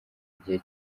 igihe